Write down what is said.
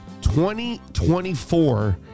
2024